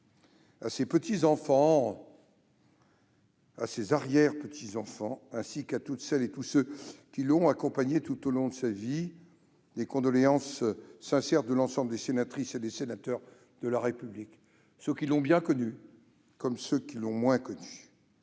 à ses petits-enfants, à ses arrière-petits-enfants, ainsi qu'à toutes celles et tous ceux qui l'ont accompagné tout au long de sa vie, les condoléances sincères de l'ensemble des sénatrices et des sénateurs de la République. J'ai naturellement une pensée pour son